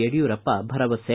ಯಡಿಯೂರಪ್ಪ ಭರವಸೆ